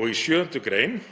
og í 7. gr.